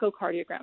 echocardiogram